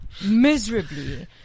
miserably